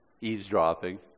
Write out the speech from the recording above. eavesdropping